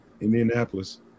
Indianapolis